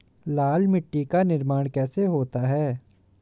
लाल मिट्टी का निर्माण कैसे होता है?